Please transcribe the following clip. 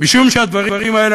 משום שהדברים האלה,